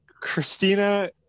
Christina